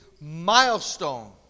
milestone